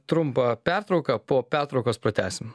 trumpą pertrauką po pertraukos pratęsim